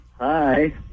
hi